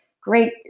great